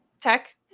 Tech